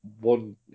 One